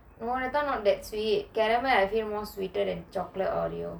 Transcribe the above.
that [one] not that sweet caramel I feel more sweeter than chocolate oreo